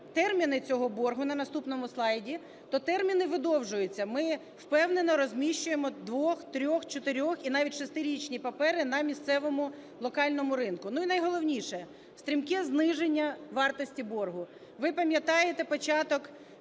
терміни цього боргу на наступному слайді, то терміни видовжуються. Ми впевнено розміщуємо двох-, трьох-, чотирьох- і навіть шестирічні папери на місцевому локальному ринку. Ну, і найголовніше. Стрімке зниження вартості боргу. Ви пам'ятаєте початок